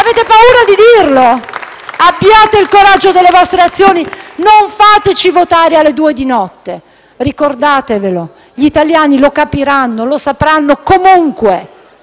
Avete paura di dirlo? Abbiate il coraggio delle vostre azioni. Non fateci votare alle 2 di notte. Ricordatevelo: gli italiani lo capiranno. Lo sapranno comunque!